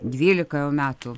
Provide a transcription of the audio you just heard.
dvylika jau metų